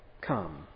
come